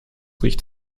riecht